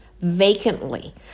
vacantly